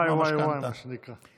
וואי וואי, מה שנקרא.